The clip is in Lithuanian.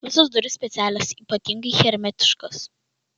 visos durys specialios ypatingai hermetiškos